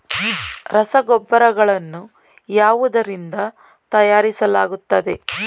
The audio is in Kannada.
ರಸಗೊಬ್ಬರಗಳನ್ನು ಯಾವುದರಿಂದ ತಯಾರಿಸಲಾಗುತ್ತದೆ?